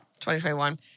2021